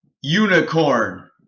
Unicorn